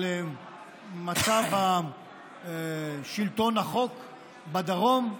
על מצב שלטון החוק בדרום,